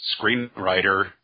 screenwriter